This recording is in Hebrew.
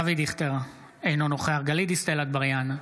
אבי דיכטר, אינו נוכח גלית דיסטל אטבריאן,